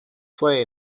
play